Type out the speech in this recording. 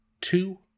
two